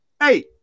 hey